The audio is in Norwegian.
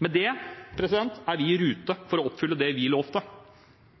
Med det er vi i rute for å oppfylle det vi lovte.